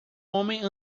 homem